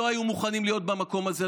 שלא היה מוכן להיות במקום הזה.